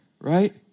right